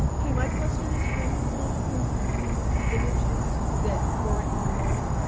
okay, my question is for anyone who used images that weren't your own,